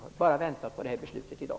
Man bara väntar på beslutet i dag.